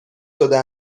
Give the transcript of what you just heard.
شده